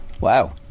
Wow